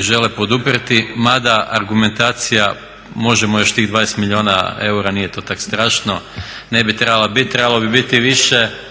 žele poduprijeti. Mada argumentacija možemo još tih 20 milijuna eura nije to tako strašno ne bi trebala biti, trebalo bi biti više